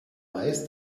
weiß